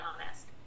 honest